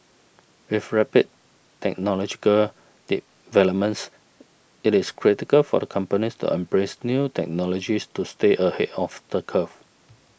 with rapid technological developments it is critical for a companies to embrace new technologies to stay ahead of the curve